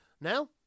Now